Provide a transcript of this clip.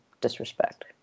disrespect